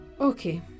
okay